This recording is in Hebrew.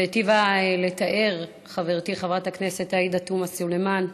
היטיבה לתאר חברתי חברת הכנסת עאידה תומא סלימאן,